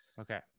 okay